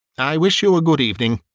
i wish you a good-evening.